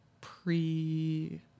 pre